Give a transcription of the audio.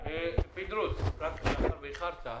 פינדרוס, מאחר שאיחרת,